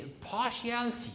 partiality